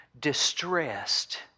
distressed